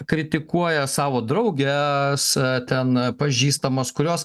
kritikuoja savo drauges ten pažįstamas kurios nu